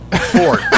Ford